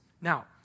Now